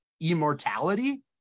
immortality